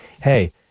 hey